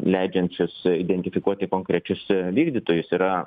leidžiančius identifikuoti konkrečius vykdytojus yra